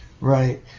right